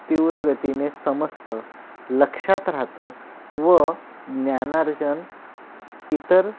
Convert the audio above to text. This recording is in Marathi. तीव्रगतीने समजतं लक्षात राहतं व ज्ञानार्जन इतर